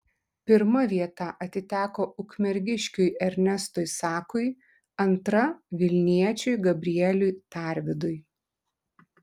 pirma vieta atiteko ukmergiškiui ernestui sakui antra vilniečiui gabrieliui tarvidui